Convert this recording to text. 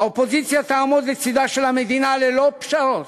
האופוזיציה תעמוד לצדה של המדינה ללא פשרות.